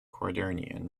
quaternion